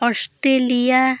Australia